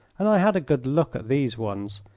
and i had a good look at these ones,